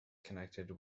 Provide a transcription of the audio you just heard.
connected